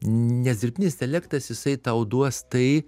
nes dirbtinis intelektas jisai tau duos tai